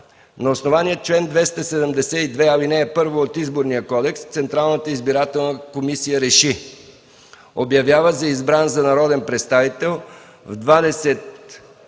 На основание чл. 272, ал. 1 от Изборния кодекс Централната избирателна комисия РЕШИ: Обявява за избран за народен представител в 24.